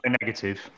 negative